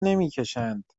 نمیکشند